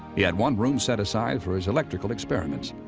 he had one room set aside for his electrical experiments.